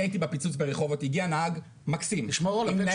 אני הייתי בפיצוץ ברחובות הגיע נהג מקסים עם ניידת